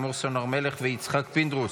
לימור סון הר מלך ויצחק פינדרוס.